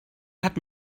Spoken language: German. hat